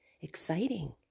exciting